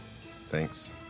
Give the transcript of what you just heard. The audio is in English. Thanks